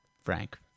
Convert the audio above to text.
Frank